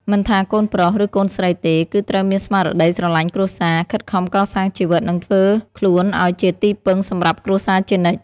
មិនថាកូនប្រុស ឬកូនស្រីទេ គឺត្រូវមានស្មារតីស្រឡាញ់គ្រួសារ ខិតខំកសាងជីវិត និងធ្វើខ្លួនឱ្យជាទីពឹងសម្រាប់គ្រួសារជានិច្ច។